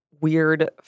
weird